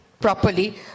properly